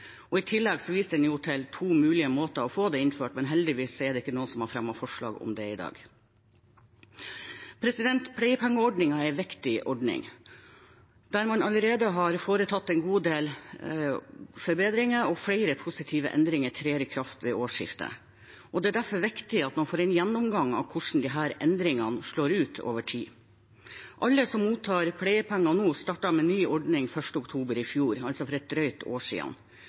men heldigvis har ingen fremmet forslag om dette i dag. Pleiepengeordningen er en viktig ordning, der man allerede har foretatt en god del forbedringer, og flere positive endringer trer i kraft ved årsskiftet. Det er derfor viktig at man får en gjennomgang av hvordan disse endringene slår ut over tid. Alle som mottar pleiepenger nå, startet med ny ordning den 1. oktober i fjor, altså for et drøyt år siden,